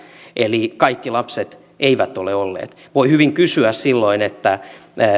eli kaikki lapset eivät ole olleet mukana voi hyvin kysyä silloin